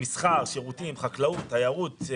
במסחר, בשירותים, בחקלאות, בתיירות.